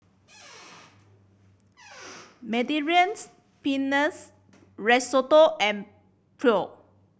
Mediterranean Pennes Risotto and Pho